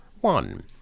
one